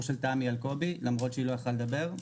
של תמי אלקובי למרות שהיא לא יכלה לדבר,